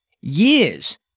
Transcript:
years